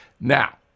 Now